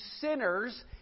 sinners